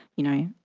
you know,